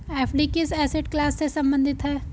FD किस asset class से संबंधित है?